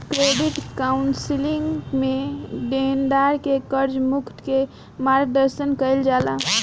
credit counselling में देनदार के कर्ज मुक्त के मार्गदर्शन कईल जाला